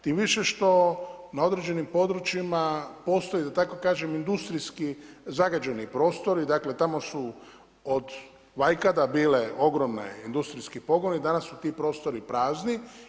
Tim više što na određenim područjima, postoji, da tako kažem, industrijski zagađeni prostor, dakle, tamo su od vajkada bile ogromne industrijski pogoni, danas su ti prostori prazni.